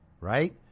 right